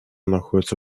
находятся